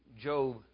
Job